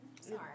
Sorry